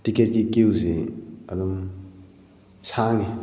ꯇꯤꯀꯦꯠꯀꯤ ꯀ꯭ꯌꯨꯁꯦ ꯑꯗꯨꯝ ꯁꯥꯡꯉꯤ